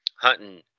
hunting